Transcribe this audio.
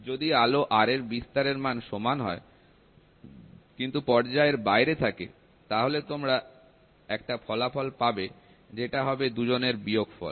যদি আলো R এর বিস্তারের মান সমান হয় কিন্তু পর্যায়ের বাইরে থাকে তাহলে তখন তোমরা একটা ফলাফল পাবে যেটা হবে দুজনের বিয়োগফল